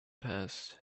passed